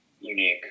unique